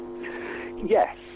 Yes